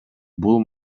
бул